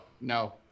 no